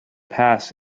pass